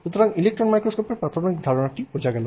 সুতরাং ইলেকট্রন মাইক্রোস্কোপের প্রাথমিক ধারণাটি বোঝা গেল